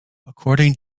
according